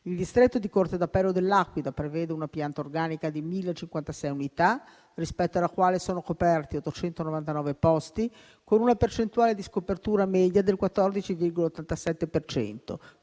Il distretto di corte d'appello dell'Aquila prevede una pianta organica di 1.056 unità, rispetto alla quale sono coperti 899 posti, con una percentuale di scopertura media del 14,87